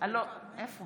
אינו נוכח יובל